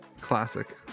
Classic